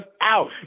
out